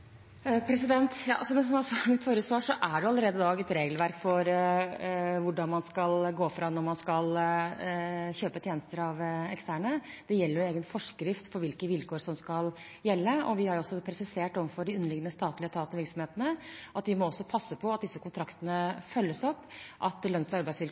Som jeg sa i mitt forrige svar, er det allerede i dag et regelverk for hvordan man skal gå fram når man skal kjøpe tjenester av eksterne. Det er en egen forskrift for hvilke vilkår som skal gjelde. Vi har også presisert overfor de underliggende statlige etatene og virksomhetene at de må passe på at disse kontraktene følges opp, at lønns- og arbeidsvilkår